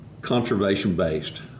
conservation-based